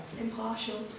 Impartial